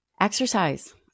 Exercise